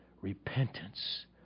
repentance